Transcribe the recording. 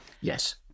yes